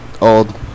Old